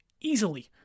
easily